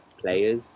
players